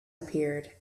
appeared